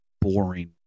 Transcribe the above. boring